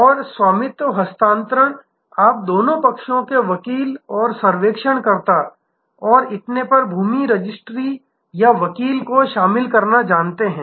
और स्वामित्व हस्तांतरण आप दोनों पक्षों के वकील और सर्वेक्षणकर्ता और इतने पर भूमि रजिस्ट्री या वकील को शामिल करना जानते हैं